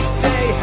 say